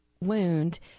wound